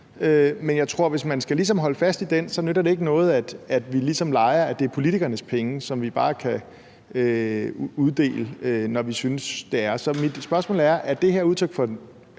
men jeg tror, at hvis man ligesom skal holde fast i den, nytter det ikke noget, at vi ligesom leger, at det er politikernes penge, som vi bare kan uddele, når vi synes, det er. Så mit spørgsmål er, om det her er udtryk for